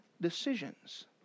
decisions